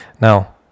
Now